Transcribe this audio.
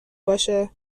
باشه